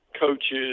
coaches